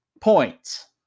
points